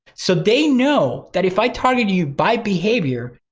so they know that if i target you by behavior,